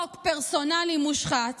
חוק פרסונלי מושחת